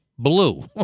Blue